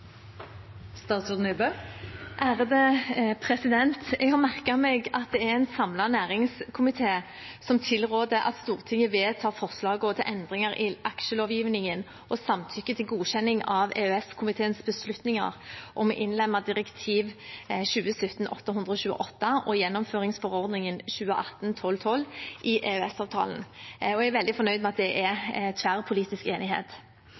en samlet næringskomité som tilrår at Stortinget vedtar forslagene til endringer i aksjelovgivningen og samtykker til godkjenning av EØS-komiteens beslutninger om å innlemme direktiv 2017/828 og gjennomføringsforordning 2018/1212 i EØS-avtalen. Jeg er veldig fornøyd med at det er tverrpolitisk enighet.